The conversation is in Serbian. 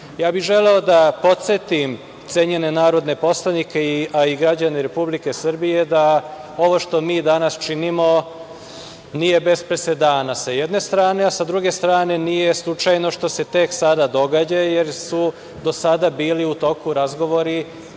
bih da podsetim cenjene narodne poslanike, a i građane Republike Srbije da ovo što mi danas činimo nije bez presedana, sa jedne strane, a sa druge strane, nije slučajno što se tek sada događa, jer su do sada bili u toku razgovori,